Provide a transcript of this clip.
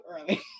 early